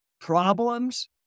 problems